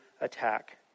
attack